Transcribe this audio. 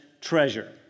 treasure